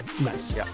Nice